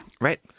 Right